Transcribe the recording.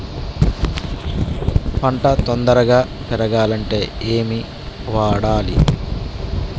పంట తొందరగా పెరగాలంటే ఏమి వాడాలి?